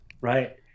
Right